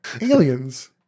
Aliens